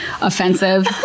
offensive